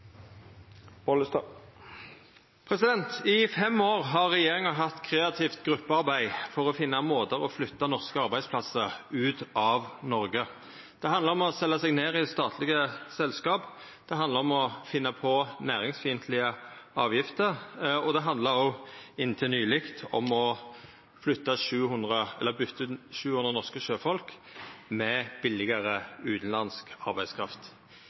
2013. I fem år har regjeringa hatt kreativt gruppearbeid for å finna måtar å flytta norske arbeidsplassar ut av Noreg på. Det handlar om å selja seg ned i statlege selskap, det handlar om å finna på næringsfiendtlege avgifter, og det handla òg, inntil nyleg, om å bytta ut 700 norske sjøfolk med billegare utanlandsk arbeidskraft.